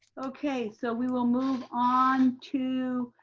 okay, so we will move on to